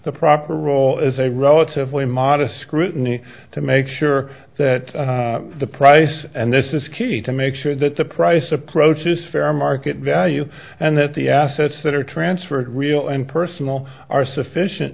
the proper role is a relatively modest scrutiny to make sure that the price and this is key to make sure that the price approaches fair market value and that the assets that are transferred real and personal are sufficient